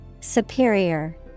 Superior